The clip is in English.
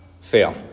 fail